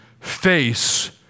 face